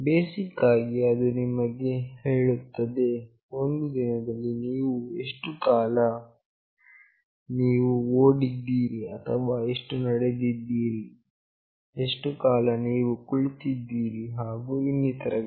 basic ಆಗಿ ಅದು ನಿಮಗೆ ಹೇಳುತ್ತದೆ ಒಂದು ದಿನದಲ್ಲಿ ನೀವು ಎಷ್ಟು ಕಾಲ ನೀವು ಓಡಿದ್ದೀರಿ ಅಥವಾ ಎಷ್ಟು ನಡೆದಿದ್ದೀರಿಎಷ್ಟು ಕಾಲ ನೀವು ಕುಳಿತಿದ್ದೀರಿ ಹಾಗು ಇನ್ನಿತರಗಳು